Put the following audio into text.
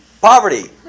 Poverty